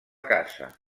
casa